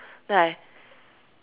then I